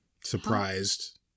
surprised